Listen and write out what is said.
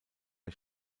der